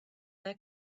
their